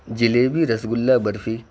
jalebi rasgulla barfi